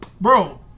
Bro